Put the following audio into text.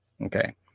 Okay